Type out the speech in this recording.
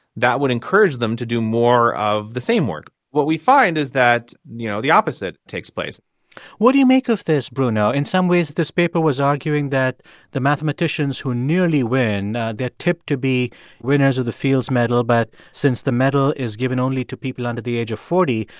that would encourage them to do more of the same work. what we find is that, you know, the opposite takes place what do you make of this, bruno? in some ways, this paper was arguing that the mathematicians who nearly win, they're tipped to be winners of the fields medal, but since the medal is given only to people under the age of forty,